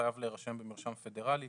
חייב להירשם במרשם פדרלי,